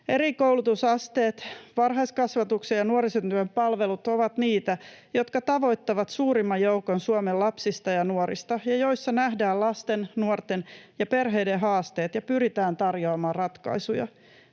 Eri koulutusasteet, varhaiskasvatuksen ja nuorisotyön palvelut ovat niitä, jotka tavoittavat suurimman joukon Suomen lapsista ja nuorista ja joissa nähdään lasten, nuorten ja perheiden haasteet ja pyritään tarjoamaan ratkaisuja.